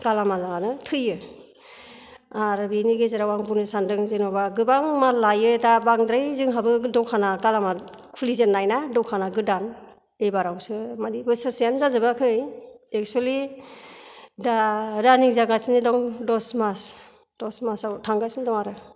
गालामालआनो थैयो आरो बेनि गेजेराव आं बुंनो सान्दों जेनबा गोबां माल लायो दा बांद्राय जोंहाबो दखानआ गालामाल खुलिजेननाय ना दखानआ गोदान एबारावसो मानि बोसोरसेआनो जाजोबआखै एकसुलि दा रानिं जागासिनो दं दस मास दस मासआव थांगासिनो दं आरो